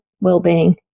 well-being